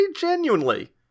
genuinely